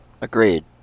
Agreed